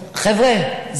חבר'ה,